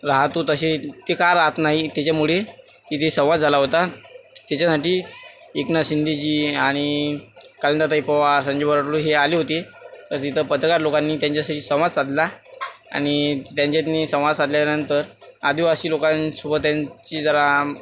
राहतो तसे ते का राहत नाही त्याच्यामुळे इथे संवाद झाला होता त्याच्यासाठी एकनाथ शिंदेजी आणि कालिंदाताई पवार संजूभाऊ राठोड हे आले होते तिथं पत्रकार लोकांनी त्यांच्याशी संवाद साधला आणि त्यांच्याशी संवाद साधल्या नंतर आदिवासी लोकांसोबत त्यांची जरा